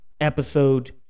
episode